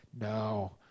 No